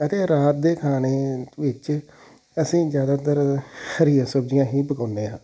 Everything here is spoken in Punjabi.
ਅਤੇ ਰਾਤ ਦੇ ਖਾਣੇ ਵਿੱਚ ਅਸੀਂ ਜ਼ਿਆਦਾਤਰ ਹਰੀਆਂ ਸਬਜ਼ੀਆਂ ਹੀ ਪਕਾਉਂਦੇ ਹਾਂ